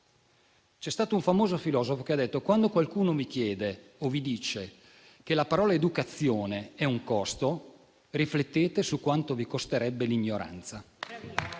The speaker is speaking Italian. C'è stato un famoso filosofo che ha detto: quando qualcuno mi chiede o vi dice che la parola educazione è un costo, riflettete su quanto vi costerebbe l'ignoranza.